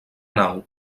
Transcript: nau